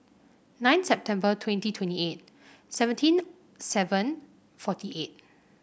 nine September twenty twenty eight seventeen seven forty eight